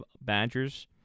Badgers